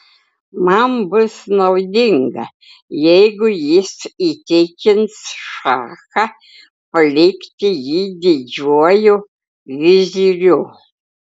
man bus naudinga jeigu jis įtikins šachą palikti jį didžiuoju viziriu